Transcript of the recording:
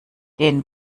den